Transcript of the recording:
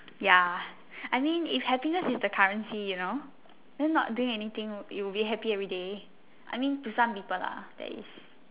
ya I mean if happiness is the currency you know then not doing anything you would be happy every day I mean to some people lah that is